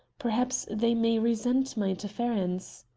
perhaps they may resent my interference.